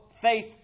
faith